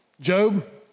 Job